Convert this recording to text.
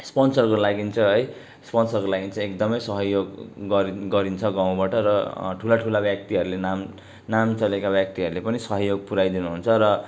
स्पोन्सरको लागि चाहिँ है स्पोन्सरको लागि चाहिँ एकदमै सहयोगगरि गरिन्छ गाउँबाट र ठुला ठुला व्यक्तिहरूले नाम नाम चलेका व्यक्तिहरूले पनि सहयोग पुर्याइदिनु हुन्छ र